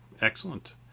Excellent